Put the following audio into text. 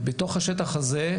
ובתוך השטח הזה,